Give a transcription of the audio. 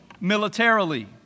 militarily